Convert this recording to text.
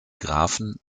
grafen